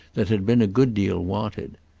that had been a good deal wanted.